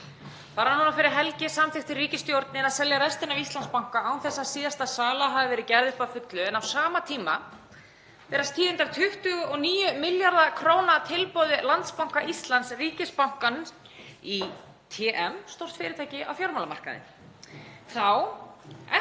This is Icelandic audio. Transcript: Bara núna fyrir helgi samþykkti ríkisstjórnin að selja restina af Íslandsbanka án þess að síðasta sala hafi verið gerð upp að fullu en á sama tíma berast tíðindi af 29 milljarða kr. tilboði Landsbanka Íslands, ríkisbankans, í TM, stórt fyrirtæki á fjármálamarkaði.